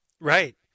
Right